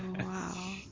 wow